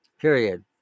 period